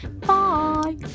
bye